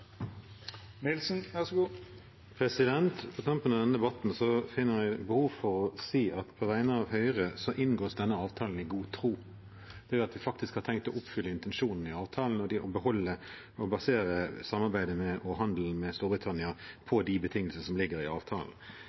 På tampen av denne debatten finner jeg behov for å si på vegne av Høyre at denne avtalen inngås i god tro. Det betyr at vi faktisk har tenkt å oppfylle intensjonen i avtalen og beholde og basere samarbeidet og handelen med Storbritannia på de betingelsene som ligger i avtalen.